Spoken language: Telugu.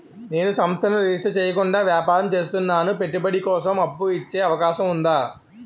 నేను సంస్థను రిజిస్టర్ చేయకుండా వ్యాపారం చేస్తున్నాను పెట్టుబడి కోసం అప్పు ఇచ్చే అవకాశం ఉందా?